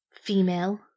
female